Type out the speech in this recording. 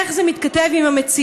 איך זה מתכתב עם המציאות,